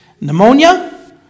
Pneumonia